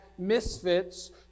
misfits